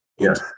Yes